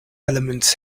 elements